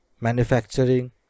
manufacturing